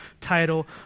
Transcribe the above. title